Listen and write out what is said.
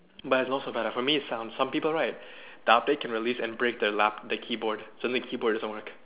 but is not so bad for me is sound some people right the update can release and break the lap~ the keyboard so then the keyboard doesn't work